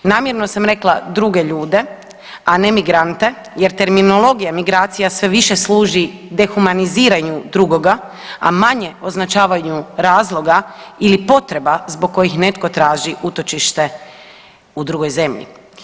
Namjerno sam rekla druge ljude, a ne migrante jer terminologija migracija sve više služi dehumaniziranju drugoga, a manje označavanju razloga ili potreba zbog kojih netko traži utočište u drugoj zemlji.